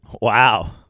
Wow